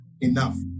enough